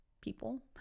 people